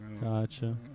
gotcha